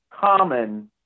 common